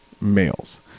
males